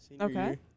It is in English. Okay